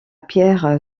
pierre